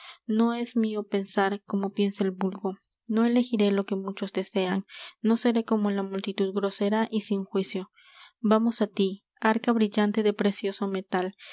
no es mio pensar como piensa el vulgo no elegiré lo que muchos desean no seré como la multitud grosera y sin juicio vamos á tí arca brillante de precioso metal